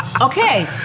Okay